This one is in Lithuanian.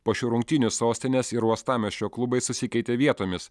po šių rungtynių sostinės ir uostamiesčio klubai susikeitė vietomis